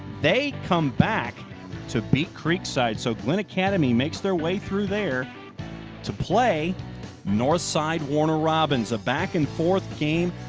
they come back to beat creekside. so glenn academy makes their way through there to play north side warner robbins. a back and forth game.